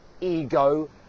ego